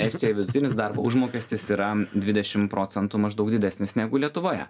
estijoj vidutinis darbo užmokestis yra dvidešim procentų maždaug didesnis negu lietuvoje